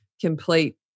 complete